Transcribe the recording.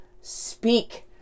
speak